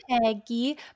Peggy